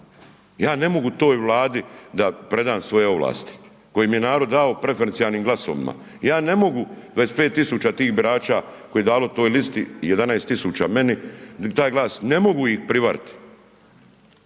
Ja ne mogu toj Vladi da predam svoje ovlasti koje mi je narod dao preferencijalnim glasovima, ja ne mogu 25 000 tih birača koji je dalo toj listi, 11 000 meni, taj glas, ne mogu ih prevariti.